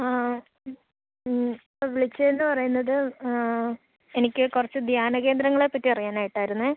ആ മ്മ് വിളിച്ചതെന്ന് പറയുന്നത് എനിക്ക് കുറച്ച് ധ്യാനകേന്ദ്രങ്ങളെ പറ്റി അറിയാനായിട്ടായിരുന്നു